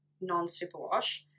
non-superwash